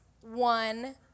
One